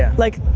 yeah like,